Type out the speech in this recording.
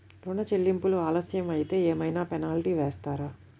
ఋణ చెల్లింపులు ఆలస్యం అయితే ఏమైన పెనాల్టీ వేస్తారా?